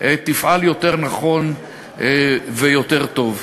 תפעל יותר נכון ויותר טוב.